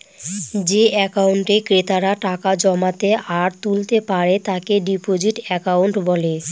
যে একাউন্টে ক্রেতারা টাকা জমাতে আর তুলতে পারে তাকে ডিপোজিট একাউন্ট বলে